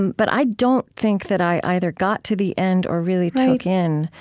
but i don't think that i either got to the end or really took in,